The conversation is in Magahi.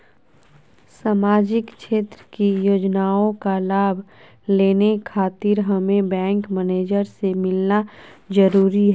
सामाजिक क्षेत्र की योजनाओं का लाभ लेने खातिर हमें बैंक मैनेजर से मिलना जरूरी है?